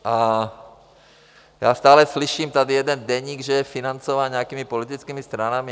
A já stále slyším tady, jeden deník že je financován nějakými politickými stranami.